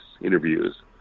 interviews